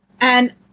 And-